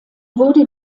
wurde